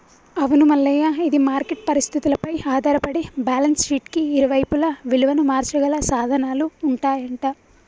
అవును మల్లయ్య ఇది మార్కెట్ పరిస్థితులపై ఆధారపడి బ్యాలెన్స్ షీట్ కి ఇరువైపులా విలువను మార్చగల సాధనాలు ఉంటాయంట